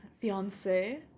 fiance